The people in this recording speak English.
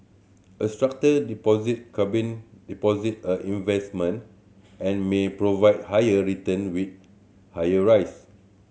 a structured deposit combine deposit and investment and may provide higher return with higher rise